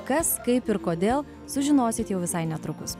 kas kaip ir kodėl sužinosit jau visai netrukus